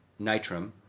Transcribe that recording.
Nitram